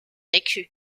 écu